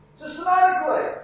systematically